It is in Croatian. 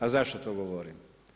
A zašto to govorim?